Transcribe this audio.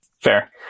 fair